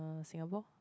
Singapore